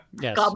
Yes